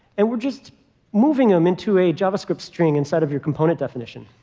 and we're just moving them into a javascript string inside of your component definition.